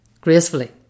Gracefully